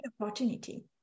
opportunity